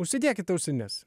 užsidėkit ausines